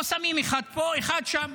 או שמים אחד פה, אחד שם.